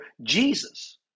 Jesus